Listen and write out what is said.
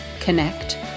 connect